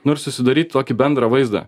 nu ir susidaryt tokį bendrą vaizdą